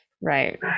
Right